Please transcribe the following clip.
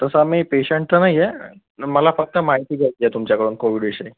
तसा मी पेशेंट तर नाही आहे मला फक्त माहिती घ्यायची आहे तुमच्याकडून कोविडविषयी